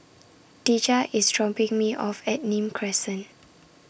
Dejah IS dropping Me off At Nim Crescent